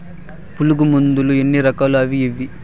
పులుగు మందులు ఎన్ని రకాలు అవి ఏవి?